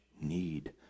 need